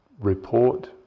report